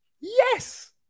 Yes